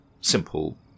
simple